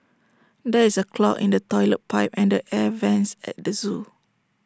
there is A clog in the Toilet Pipe and the air Vents at the Zoo